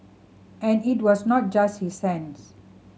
and it was not just his hands